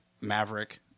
Maverick